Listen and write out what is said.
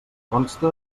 consta